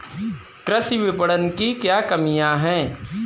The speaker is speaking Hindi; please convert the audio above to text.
कृषि विपणन की क्या कमियाँ हैं?